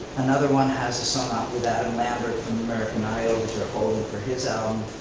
another one has a song out with adam lambert from american idol which they're holding for his album.